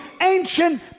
ancient